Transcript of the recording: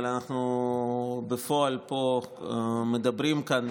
אבל בפועל אנחנו מדברים כאן,